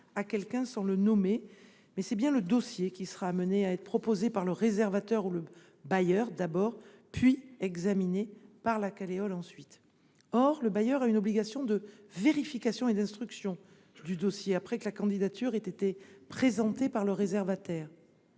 à quelqu’un sans le nommer. Il faut bien un dossier, qui sera proposé par le réservataire ou le bailleur, d’abord, puis examiné par la Caleol ensuite. Or le bailleur a une obligation de vérification et d’instruction du dossier après que la candidature a été présentée par le réservataire.